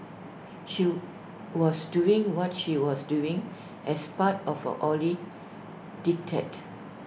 she was doing what she was doing as part of A holy diktat